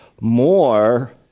more